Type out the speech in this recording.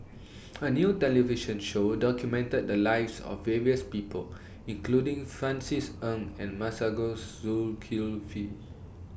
A New television Show documented The Lives of various People including Francis Ng and Masagos Zulkifli